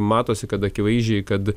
matosi kad akivaizdžiai kad